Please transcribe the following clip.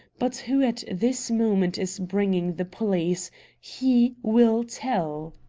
but who at this moment is bringing the police he will tell!